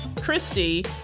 Christy